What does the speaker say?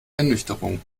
ernüchterung